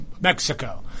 Mexico